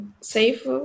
safe